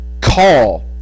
call